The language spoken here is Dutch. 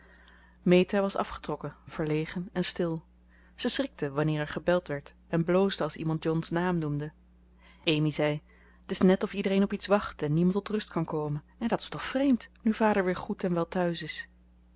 meta was afgetrokken verlegen en stil ze schrikte wanneer er gebeld werd en bloosde als iemand john's naam noemde amy zei t is net of iedereen op iets wacht en niemand tot rust kan komen en dat is toch vreemd nu vader weer goed en wel thuis is